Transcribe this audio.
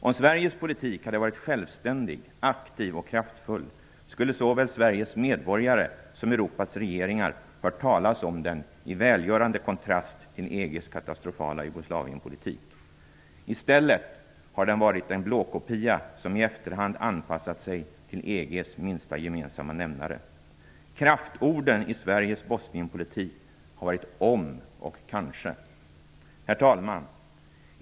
Om Sveriges politik hade varit självständig, aktiv och kraftfull skulle såväl Sveriges medborgare som Europas regeringar hört talas om den i välgörande kontrast till EG:s katastrofala Jugoslavienpolitik. I stället har den varit en blåkopia som i efterhand anpassat sig till EG:s minsta gemensamma nämnare. Kraftorden i Sveriges Bosnienpolitik har varit ''om'' och ''kanske''. Herr talman!